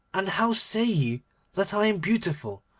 and how say ye that i am beautiful,